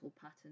pattern